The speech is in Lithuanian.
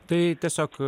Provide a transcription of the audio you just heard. tai tiesiog